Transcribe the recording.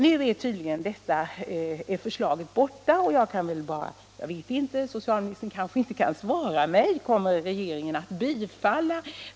Nu har tydligen socialstyrelsen föreslagit att den obligatoriska smittkoppsympningen skall upphöra.